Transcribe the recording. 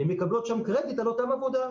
ומקבלות שם קרדיט על אותה עבודה.